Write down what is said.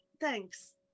Thanks